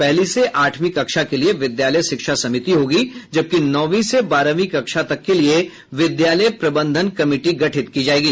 पहली से आठवीं कक्षा के लिए विद्यालय शिक्षा समिति होगी जबकि नौवीं से बारहवीं कक्षा तक के लिए विद्यालय प्रबंधन कमिटी गठित की जायेगी